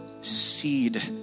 seed